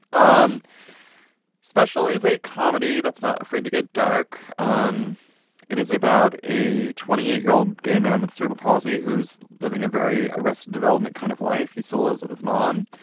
um special is a comedy that's not afraid to get dark. um it is about a twenty eight year old gay man with cerebral palsy who's living a very arrested development kind of life. he still so lives with his mom.